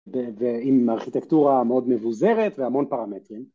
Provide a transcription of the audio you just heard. ‫ועם ארכיטקטורה מאוד מבוזרת ‫והמון פרמטרים